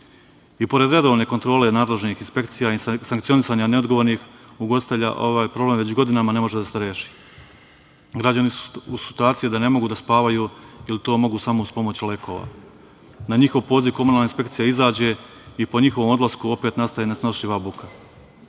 I pored redovne kontrole nadležnih inspekcija i sankcionisanja neodgovornih ugostitelja, ovaj problem već godinama ne može da se reši. Građani su u situaciji da ne mogu da spavaju ili to mogu samo da uz pomoć lekova. Na njihov poziv komunalna inspekcija izađe i po njihovom odlasku opet nastaje nesnošljiva buka. Pored